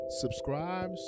subscribe